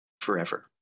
forever